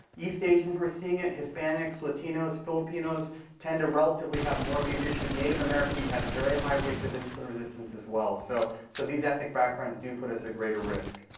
east asians, we're seeing it. hispanics, latinos, filipinos tend to relatively have more of these issues. native americans have very high rates of insulin resistance as well. so so these ethnic backgrounds do put us at greater risk.